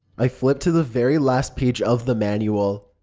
i flipped to the very last page of the manual.